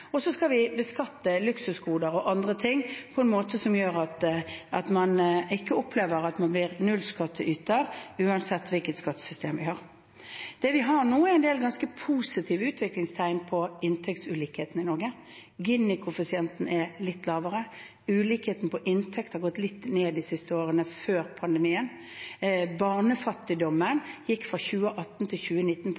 Så skal vi beskatte luksusgoder og andre ting på en måte som gjør at man ikke opplever å bli nullskatteyter, uansett hvilket skattesystem vi har. Det vi har nå, er en del ganske positive utviklingstegn når det gjelder inntektsulikheten i Norge: Gini-koeffisienten er litt lavere, og ulikheten i inntekt har gått litt ned de siste årene før pandemien. Barnefattigdommen